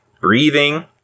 breathing